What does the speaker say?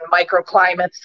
microclimates